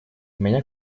меня